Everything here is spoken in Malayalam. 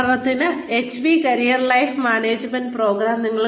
ഉദാഹരണത്തിന് HP career self management programme